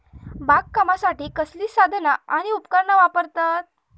बागकामासाठी कसली साधना आणि उपकरणा वापरतत?